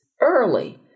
early